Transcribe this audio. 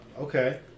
okay